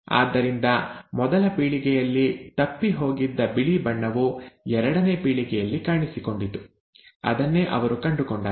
ಆದ್ದರಿಂದ ಮೊದಲ ಪೀಳಿಗೆಯಲ್ಲಿ ತಪ್ಪಿ ಹೋಗಿದ್ದ ಬಿಳಿ ಬಣ್ಣವು ಎರಡನೇ ಪೀಳಿಗೆಯಲ್ಲಿ ಕಾಣಿಸಿಕೊಂಡಿತು ಅದನ್ನೇ ಅವರು ಕಂಡುಕೊಂಡರು